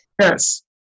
Yes